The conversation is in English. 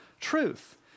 truth